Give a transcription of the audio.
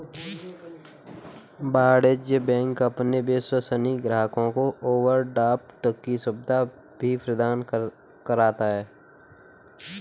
वाणिज्य बैंक अपने विश्वसनीय ग्राहकों को ओवरड्राफ्ट की सुविधा भी प्रदान करता है